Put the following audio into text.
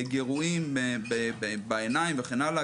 גירויים בעיניים וכן הלאה,